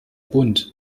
bund